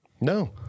No